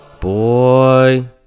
Boy